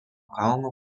kalno